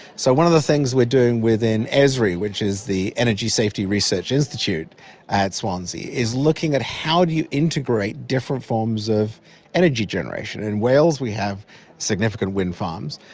so one of the things we are doing within esri, which is the energy safety research institute at swansea is looking at how you integrate different forms of energy generation. in wales we have significant windfarms,